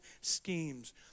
schemes